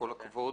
כל הכבוד.